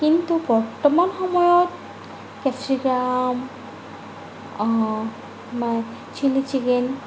কিন্তু বৰ্তমান সময়ত কেপচিকাম চিলি চিকেন